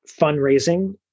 fundraising